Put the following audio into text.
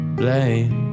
blame